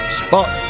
spot